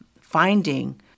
finding